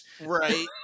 right